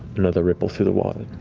another ripple through the water.